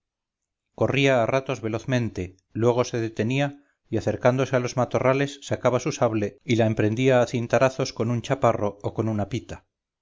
corría a ratos velozmente luego se detenía y acercándose a los matorrales sacaba su sable y la emprendía a cintarazos con un chaparro o con una pita